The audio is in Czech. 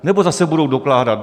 Nebo zase budou dokládat?